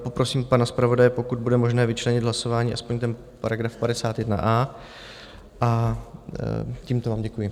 Poprosím pana zpravodaje, pokud bude možné vyčlenit hlasování, aspoň ten § 51a, a tímto vám děkuji.